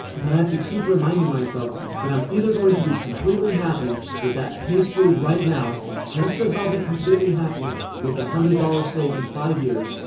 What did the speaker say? but i have to keep reminding myself that i'm either going to be completely happy with that pastry right now just as i'll be completely happy with the one hundred dollars steak in five years.